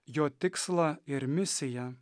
jo tikslą ir misiją